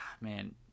man